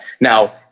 Now